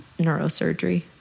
neurosurgery